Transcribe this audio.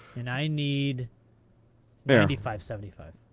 and i need ninety five seventy five.